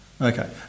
Okay